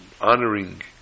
honoring